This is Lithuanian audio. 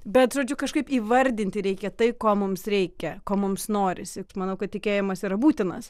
bet žodžiu kažkaip įvardinti reikia tai ko mums reikia ko mums norisi aš manau kad tikėjimas yra būtinas